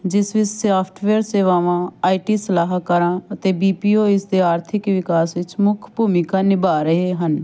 ਜਿਸ ਵਿੱਚ ਸੋਫਟਵੇਅਰ ਸੇਵਾਵਾਂ ਆਈ ਟੀ ਸਲਾਹਕਾਰਾਂ ਅਤੇ ਬੀ ਪੀ ਓ ਇਸ ਦੇ ਆਰਥਿਕ ਵਿਕਾਸ ਵਿੱਚ ਮੁੱਖ ਭੂਮਿਕਾ ਨਿਭਾ ਰਹੇ ਹਨ